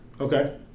Okay